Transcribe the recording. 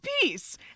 peace